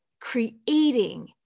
creating